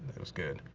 it was good.